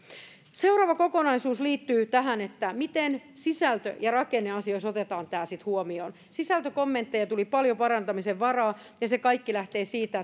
seuraava kokonaisuus liittyy tähän miten sisältö ja rakenneasioissa otetaan tämä sitten huomioon sisältökommenteissa tuli paljon parantamisen varaa ja ja se kaikki lähtee siitä